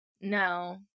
no